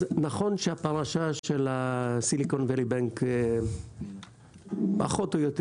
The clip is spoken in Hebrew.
נכון שהפרשה של הסיליקון ואלי בנק היא פחות או יותר